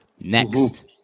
Next